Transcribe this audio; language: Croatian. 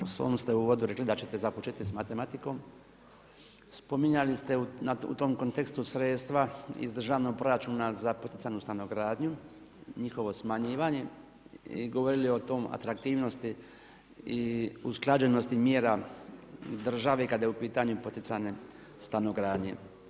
U svom ste uvodu rekli da ćete započeti s matematikom, spominjali ste u tom kontekstu sredstva iz državnog proračuna za poticajnu stanogradnju, njihovo smanjivanje i govorili o atraktivnosti i usklađenosti mjera države kada je u pitanju poticanje stanogradnje.